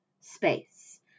space